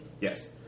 Yes